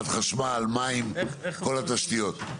נכון, חברת חשמל, מים, כל התשתיות.